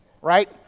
right